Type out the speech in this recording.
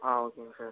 ஆ ஓகேங்க சார்